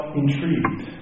intrigued